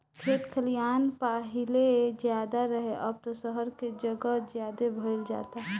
खेत खलिहान पाहिले ज्यादे रहे, अब त सहर के जगह ज्यादे भईल जाता